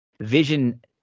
Vision